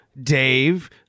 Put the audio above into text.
Dave